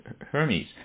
Hermes